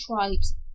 tribes